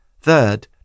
Third